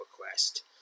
Quest